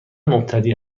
مبتدی